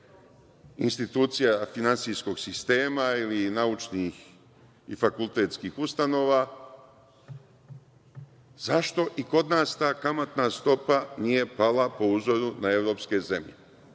institucija finansijskog sistema ili naučnih i fakultetskih ustanova. Zašto i kod nas ta kamatna stopa nije pala po uzoru na evropske zemlje?